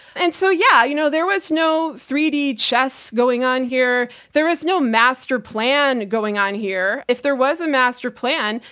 and so, yeah, you know, there was no three d chess going on here. there is no master plan going on here. if there was a master plan,